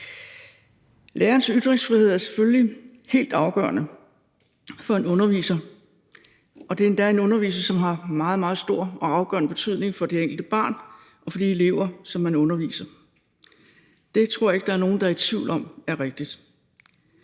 Lærernes ytringsfrihed er selvfølgelig helt afgørende for en underviser, og det er endda en underviser, som har meget, meget stor og afgørende betydning for det enkelte barn og for de elever, som man underviser. Det tror jeg ikke der er nogen der er i tvivl om er rigtigt.